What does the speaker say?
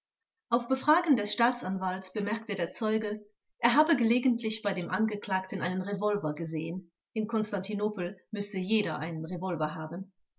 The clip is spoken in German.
auf befragen des staatsanwalts bemerkte der zeuge er habe gelegentlich bei dem angeklagten einen revolver gesehen in konstantinopel müsse jeder einen revolver haben